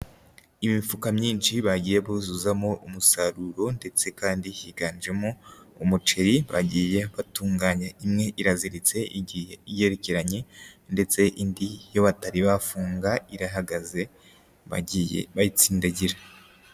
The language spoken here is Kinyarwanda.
Imifuka myinshi, bagiye buzuzamo umusaruro, ndetse kandi higanjemo umuceri, bagiye batunganya imwe iraziritse, igiye igerekeranye, ndetse indi yo batari bafunga irahagaze, bagiye bayitsindagira.